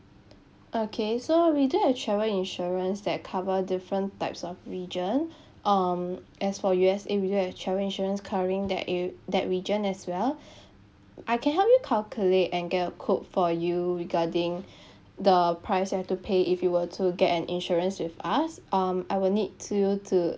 okay so we do have travel insurance that cover different types of region um as for U_S_A we do have travel insurance covering that ar~ that region as well I can help you calculate and get a quote for you regarding the price that you have to pay if you were to get an insurance with us um I will need to you to